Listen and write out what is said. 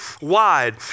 wide